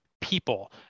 people